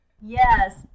Yes